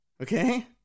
Okay